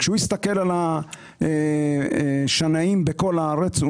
כשהוא הסתכל על השנאים בכל הארץ,